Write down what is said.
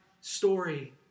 story